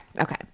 Okay